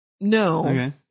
No